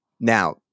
now